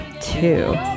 two